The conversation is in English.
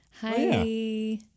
Hi